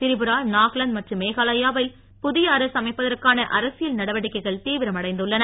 திரிபுரா நாகாலாந்து மற்றும் மேகாலயாவில் புதிய அரசு அமைப்பதற்கான அரசியல் நடவடிக்கைகள் தீவிரமடைந்துள்ளன